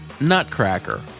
Nutcracker